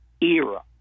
Era